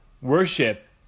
worship